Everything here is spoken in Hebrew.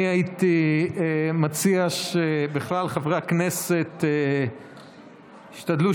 אני הייתי מציע שבכלל חברי הכנסת ישתדלו